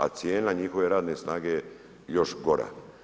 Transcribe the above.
A cijena njihove radne snage je još gora.